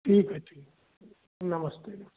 ठीक है ठीक नमस्ते